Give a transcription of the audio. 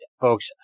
folks